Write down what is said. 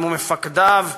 מפקדיו וחייליו,